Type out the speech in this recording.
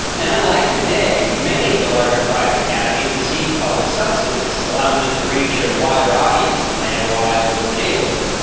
and, unlike today, many of the larger private academies received public subsidies, allowing them to reach a wider audience than they otherwise would have been able to.